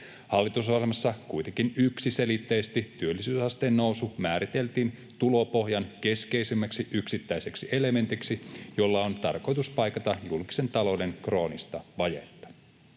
määriteltiin kuitenkin yksiselitteisesti tulopohjan keskeisimmäksi yksittäiseksi elementiksi, jolla on tarkoitus paikata julkisen talouden kroonista vajetta.